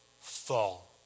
fall